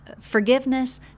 Forgiveness